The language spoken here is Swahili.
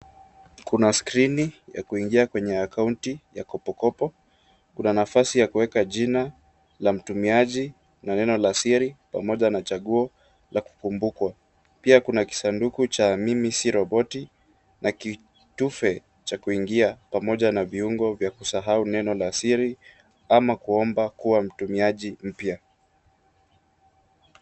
Kuna skrini ya kuingia kwenye akaunti ya kopokopo. Kuna nafasi ya kuweka jina la mtumiaji na neno la siri pamoja na chaguo la kukumbukwa. Pia kuna kijisanduku cha mimi si roboti na kitufe cha kuingia pamoja na viungo vya kusahau neno la siri, ama kuomba kuwa mtumiaji mpya.